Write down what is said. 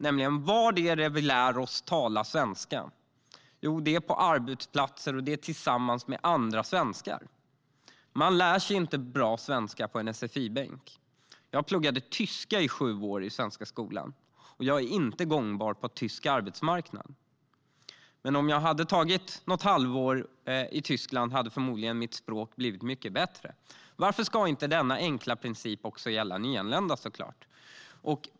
Var är det vi lär oss tala svenska? Jo, det är på arbetsplatser och det är tillsammans med andra svenskar. Man lär sig inte bra svenska på en sfi-bänk. Jag pluggade tyska i sju år i svenska skolan, och jag är inte gångbar på tysk arbetsmarknad. Men om jag hade varit något halvår i Tyskland hade förmodligen mitt språk blivit mycket bättre. Varför ska inte denna enkla princip också gälla nyanlända?